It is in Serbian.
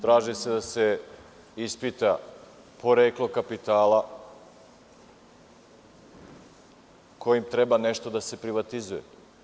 Traži se da se ispita poreklo kapitala kojim treba nešto da se privatizuje.